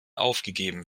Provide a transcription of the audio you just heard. aufgegeben